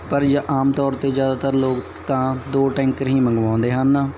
ਪਰ ਜਾ ਆਮ ਤੌਰ 'ਤੇ ਜ਼ਿਆਦਾਤਰ ਲੋਕ ਤਾਂ ਦੋ ਟੈਂਕਰ ਹੀ ਮੰਗਵਾਉਂਦੇ ਹਨ